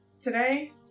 Today